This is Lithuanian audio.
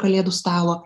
kalėdų stalo